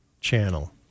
Channel